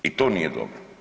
I to nije dobro.